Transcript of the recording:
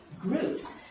groups